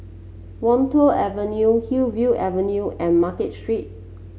Wan Tho Avenue Hillview Avenue and Market Street